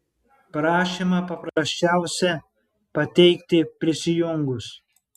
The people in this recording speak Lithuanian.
prašymą paprasčiausia pateikti prisijungus